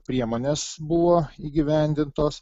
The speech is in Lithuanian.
priemonės buvo įgyvendintos